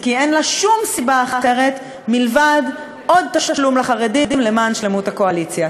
כי אין לה שום סיבה אחרת מלבד עוד תשלום לחרדים למען שלמות הקואליציה.